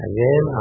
Again